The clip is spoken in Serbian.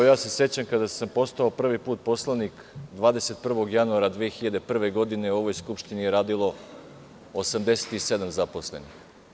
Sećam se kada sam postao prvi put poslanik 21. januara 2001. godine, u ovoj skupštini je radilo 87 zaposlenih.